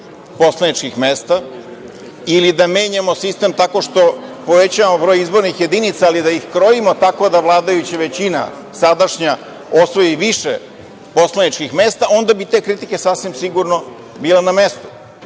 poslaničkih mesta ili da menjamo sistem tako što povećavamo broj izbornih jedinicama, ali da ih krojimo tako da vladajuća većina sadašnja osvoji više poslaničkih mesta, onda bi te kritike sasvim sigurno bile na mestu.